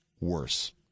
worse